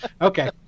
Okay